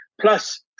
plus